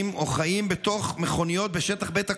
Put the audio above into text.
או חיים בתוך מכוניות בשטח בית הקברות,